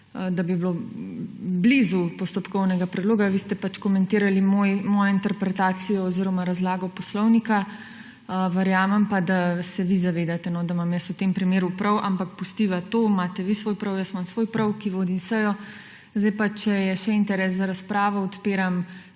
niti blizu postopkovnega predloga. Vi ste pač komentirali mojo interpretacijo oziroma razlago poslovnika. Verjamem pa, da se vi zavedate, da imam jaz v tem primeru prav, ampak pustimo to. Imate vi svoj prav, jaz imam svoj prav, ki vodim sejo. Če je še interes za razpravo, odpiram